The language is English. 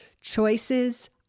Choices